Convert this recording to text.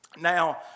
Now